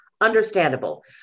understandable